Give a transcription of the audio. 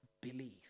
believe